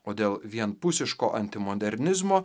o dėl vienpusiško antimodernizmo